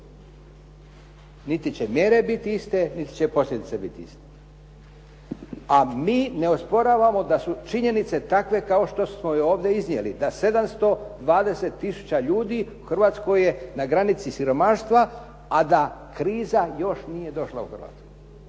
Niti će mjere bit iste, niti će posljedice biti iste. A mi ne osporavamo da su činjenice takve kao što smo ih ovdje iznijeli, da 720000 ljudi u Hrvatskoj je na granici siromaštva, a da kriza još nije došla u Hrvatsku.